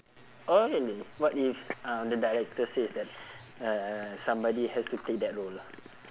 oh really what if uh the director says that uh somebody has to take that role lah